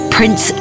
Prince